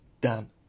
Done